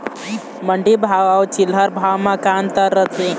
मंडी भाव अउ चिल्हर भाव म का अंतर रथे?